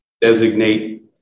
Designate